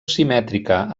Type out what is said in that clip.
simètrica